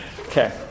Okay